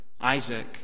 Isaac